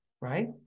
right